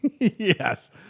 Yes